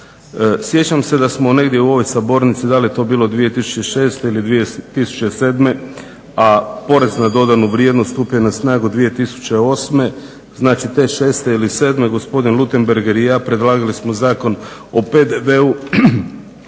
Sjećam se da smo negdje u ovoj sabornici, da li je to bilo 2006. ili 2007., a PDV stupio je na snagu 2008. znači te šeste ili sedme gospodin Lutemberger i ja predlagali smo Zakon o PDV-u